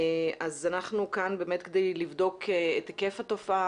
אז אנחנו כאן באמת כדי לבדוק את היקף התופעה